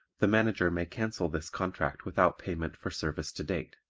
the manager may cancel this contract without payment for service to date.